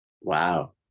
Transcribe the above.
wow